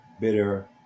bitter